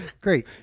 Great